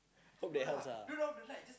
hope that helps lah